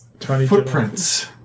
footprints